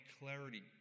clarity